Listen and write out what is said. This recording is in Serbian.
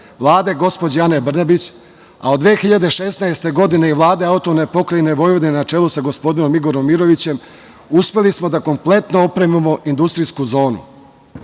Vlade gospođe Ane Brnabić, a od 2016. godine i Vlade AP Vojvodina na čelu sa gospodinom Igorom Mirovićem, uspeli smo da kompletno opremimo industrijsku zonu.U